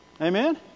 Amen